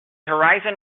horizon